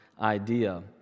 idea